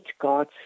God